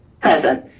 present.